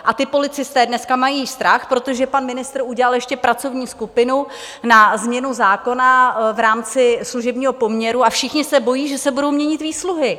A ti policisté dneska mají strach, protože pan ministr udělal ještě pracovní skupinu na změnu zákona v rámci služebního poměru, a všichni se bojí, že se budou měnit výsluhy!